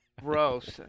Gross